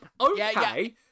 Okay